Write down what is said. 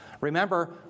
Remember